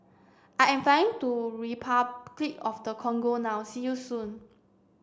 I am flying to Repuclic of the Congo now see you soon